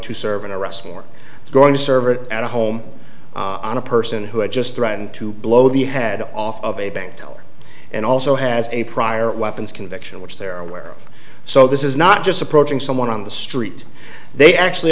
to serve an arrest or going to serve it at a home on a person who had just threatened to blow the head off of a bank teller and also has a prior weapons conviction which they're aware of so this is not just approaching someone on the street they actually